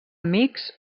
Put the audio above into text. amics